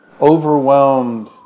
overwhelmed